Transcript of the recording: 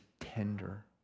tender